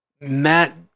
Matt